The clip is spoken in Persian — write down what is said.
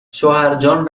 شوهرجان